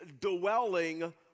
dwelling